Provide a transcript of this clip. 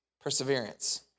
perseverance